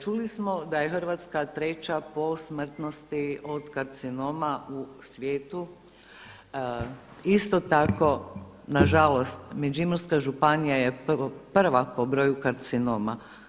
Čuli smo da je Hrvatska treća po smrtnosti od karcinoma u svijetu, isto tako nažalost Međimurska županija je prva po broju karcinoma.